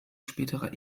spätere